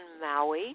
Maui